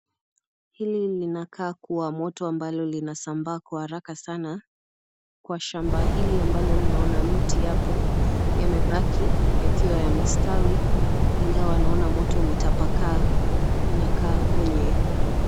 Hili linakaa kuwa moto ambalo linasambaa kwa haraka sana, kwa shamba hili ambalo linaona mti hapo, mabaki yakiwa yamestawi, ingawa naona moto umetabakaa, inakaa kwenye .,